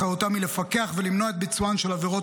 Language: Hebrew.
אחריותם היא לפקח ולמנוע את ביצוען של עבירות